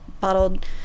bottled